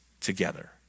together